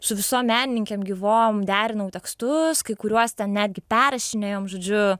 su visom menininkėm gyvom derinau tekstus kai kuriuos ten netgi perrašinėjom žodžiu